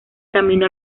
camino